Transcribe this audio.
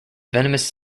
venomous